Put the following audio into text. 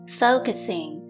focusing